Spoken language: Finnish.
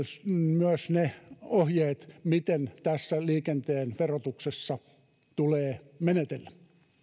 myös ne ohjeet miten tässä liikenteen verotuksessa tulee menetellä